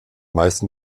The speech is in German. meisten